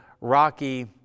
rocky